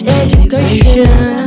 education